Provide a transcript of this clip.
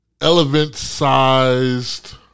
elephant-sized